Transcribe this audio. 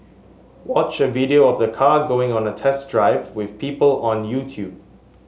watch a video of the car going on a test drive with people on YouTube